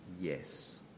Yes